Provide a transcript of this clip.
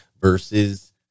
versus